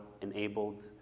enabled